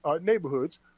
neighborhoods